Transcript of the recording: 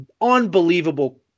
unbelievable